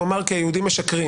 הוא אמר כי היהודים משקרים.